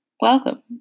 welcome